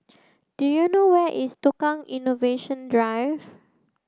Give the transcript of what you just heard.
do you know where is Tukang Innovation Drive